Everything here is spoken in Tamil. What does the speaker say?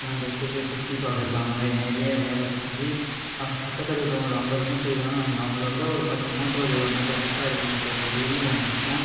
தினம் போய் கொள்ளையை சுற்றி பார்க்குறது அந்த மாதிரி நிறையா வேலை செஞ்சு பக்கத்தில் இருக்கிறவங்க ஒரு ஐம்பது மூட்டை எடுக்குறாங்கன்னா நம்ம அவங்கள விட ஒரு பத்து மூட்டை ஒரு இருபது மூட்டை எக்ஸ்ட்ரா எடுக்கணுன்ற ஒரு வெறி ஒன்று இருக்கும்